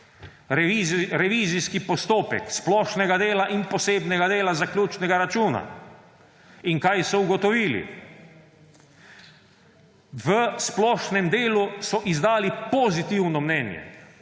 revizijski postopek Splošnega dela in Posebnega dela zaključnega računa – in kaj so ugotovili? V Splošnem delu so izdali pozitivno mnenje;